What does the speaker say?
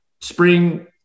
spring